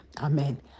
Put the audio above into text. Amen